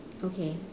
okay